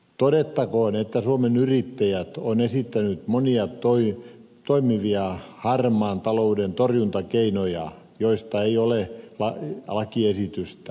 todettakoon että suomen yrittäjät on esittänyt monia toimivia harmaan talouden torjuntakeinoja joista ei ole lakiesitystä